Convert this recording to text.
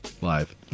Live